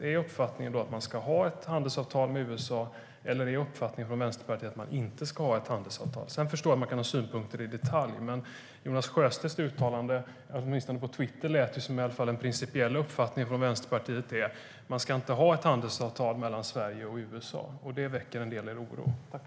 Är uppfattningen då att man ska ha ett handelsavtal med USA? Eller är uppfattningen från Vänsterpartiet att man inte ska ha ett handelsavtal? Jag förstår att man kan ha synpunkter i detalj. Men Jonas Sjöstedts uttalande, åtminstone på Twitter, lät i alla fall som att den principiella uppfattningen från Vänsterpartiet är: Man ska inte ha ett handelsavtal mellan Sverige och USA.